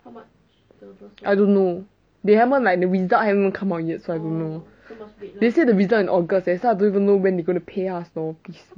I don't know they haven't like the result haven't even come out yet so I don't know they say the result in august leh so I don't even know when they going to pay us know